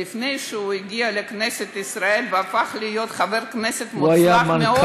לפני שהוא הגיע לכנסת ישראל והפך להיות חבר כנסת מוצלח מאוד,